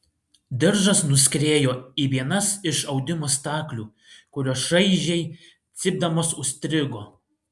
diržas nuskriejo į vienas iš audimo staklių kurios šaižiai cypdamos užstrigo